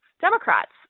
Democrats